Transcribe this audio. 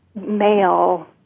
Male